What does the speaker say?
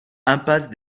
impasse